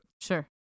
Sure